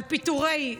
על פיטורי הנורבגים.